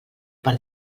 per